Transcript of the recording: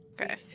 Okay